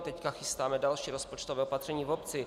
Teď chystáme další rozpočtové opatření v obci.